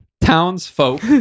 Townsfolk